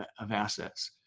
of assets.